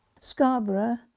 Scarborough